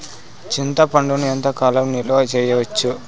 చింతపండును ఎంత కాలం నిలువ చేయవచ్చు?